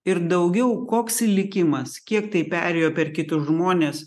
ir daugiau koks likimas kiek tai perėjo per kitus žmones